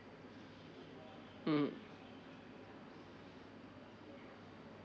mmhmm